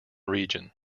region